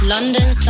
London